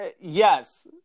yes